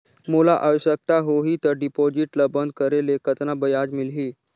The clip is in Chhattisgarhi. मोला आवश्यकता होही त डिपॉजिट ल बंद करे ले कतना ब्याज मिलही?